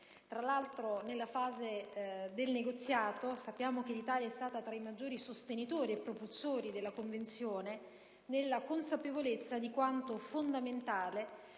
Tra l'altro, nella fase del negoziato, sappiamo che l'Italia è stata tra i maggiori sostenitori e propulsori della Convenzione, nella consapevolezza di quanto fondamentale